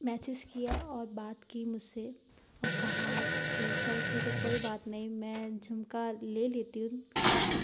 message किया और बात की मुझसे और कहा कि चल ठीक है कोई बात नहीं मैं झुमका ले लेती हूँ तू